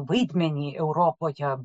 vaidmenį europoje